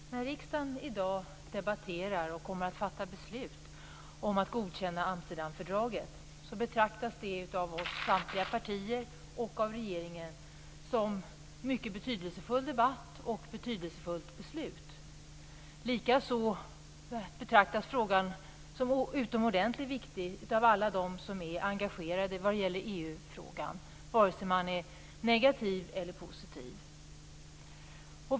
Fru talman! När riksdagen i dag debatterar och kommer att fatta beslut om att godkänna Amsterdamfördraget betraktas det av samtliga partier och av regeringen som en mycket betydelsefull debatt och ett mycket betydelsefullt beslut. Likaså betraktas beslutet som utomordentligt viktigt av alla dem som är engagerade i EU-frågan, oavsett om man är negativ eller positiv.